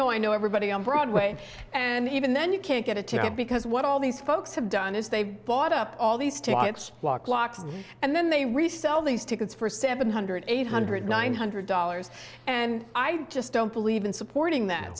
know i know everybody on broadway and even then you can't get a ticket because what all these folks have done is they've bought up all these to walk locks and then they resell these tickets for seven hundred eight hundred nine hundred dollars and i just don't believe in supporting that